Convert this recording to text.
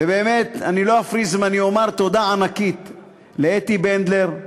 ובאמת אני לא אפריז אם אני אומר תודה ענקית לאתי בנדלר,